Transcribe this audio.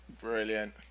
Brilliant